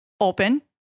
open